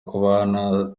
kubana